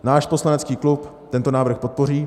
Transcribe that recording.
Náš poslanecký klub tento návrh podpoří.